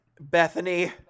Bethany